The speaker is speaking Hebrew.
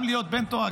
גם להיות בן תורה,